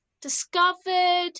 discovered